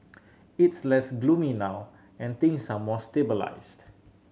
it's less gloomy now and things are more stabilised